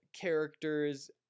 characters